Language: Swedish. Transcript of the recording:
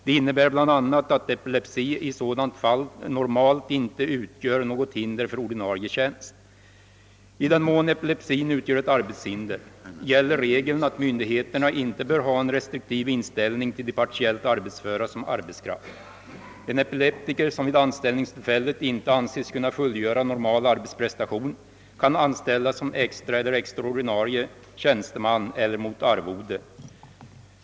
Det innebär bland annat, att epilepsi i sådant fall normalt inte utgör något hinder för ordinarie tjänst. I den mån epilepsin utgör ett arbetshinder gäller regeln att myndigheter ' na inte bör ha en restriktiv inställning till de partiellt arbetsföra som arbetskraft. En epileptiker, som vid anställningstillfället inte anses kunna fullgöra normal arbetsprestation, kan anställas som extra eller extra ordinarie tjänsteman eller mot arvode.